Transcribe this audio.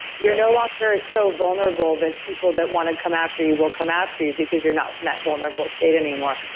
you're no longer so vulnerable that people that want to come after you will come after you because you're not in that vulnerable state anymore.